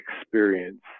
experience